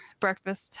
breakfast